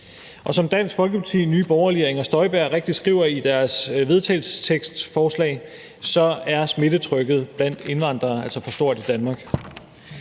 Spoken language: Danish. Som Dansk Folkeparti, Nye Borgerlige og Inger Støjberg rigtigt skriver i deres forslag til vedtagelse, er smittetrykket blandt indvandrere altså for stort i Danmark.